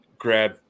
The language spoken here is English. grab